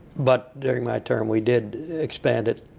but during my term we did expand it